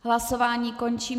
Hlasování končím.